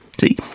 See